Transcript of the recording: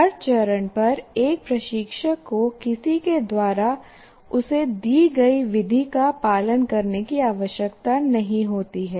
हर चरण पर एक प्रशिक्षक को किसी के द्वारा उसे दी गई विधि का पालन करने की आवश्यकता नहीं होती है